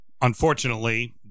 Unfortunately